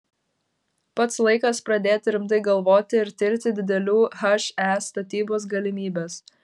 pats laikas pradėti rimtai galvoti ir tirti didelių he statybos galimybes